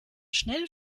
schnell